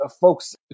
folks